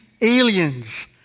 aliens